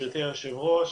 גברתי היושבת-ראש,